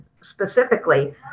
specifically